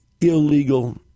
illegal